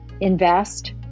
invest